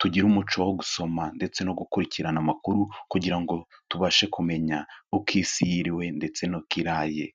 tugira umuco wo gusoma ndetse no gukurikirana amakuru, kugira ngo tubashe kumenya uko isi yiriwe, ndetse n'uko iraye.